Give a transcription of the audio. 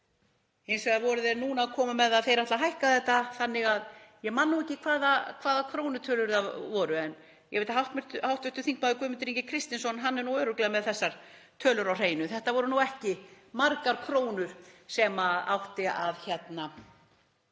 Hins vegar voru þeir núna að koma með það að þeir ætla að hækka þetta, ég man ekki hvaða krónutölur það voru, en ég veit að hv. þm. Guðmundur Ingi Kristinsson er nú örugglega með þessar tölur á hreinu; það voru ekki margar krónur sem áttu að skila